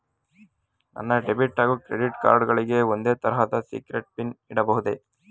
ನನ್ನ ಡೆಬಿಟ್ ಹಾಗೂ credit card ಗಳಿಗೆ ಒಂದೇ ತರಹದ ಸೀಕ್ರೇಟ್ ಪಿನ್ ಇಡಬಹುದೇ?